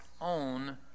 own